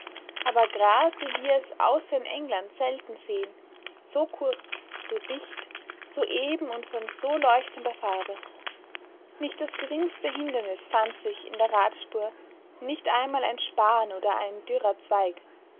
aber gras wie wir es außer in england selten sehen so kurz so dicht so eben und von so leuchtender farbe nicht das geringste hindernis fand sich in der radspur nicht einmal ein span oder ein dürrer zweig